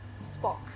Spock